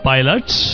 Pilots